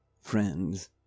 friends